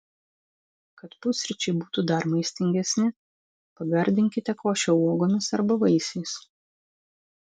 kad pusryčiai būtų dar maistingesni pagardinkite košę uogomis arba vaisiais